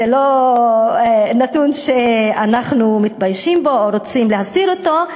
זה לא נתון שאנחנו מתביישים בו או רוצים להסתיר אותו.